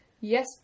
yes